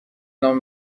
نام